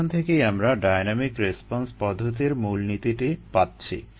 এখান থেকেই আমরা ডাইন্যামিক রেসপন্স পদ্ধতির মূলনীতিটি পাচ্ছি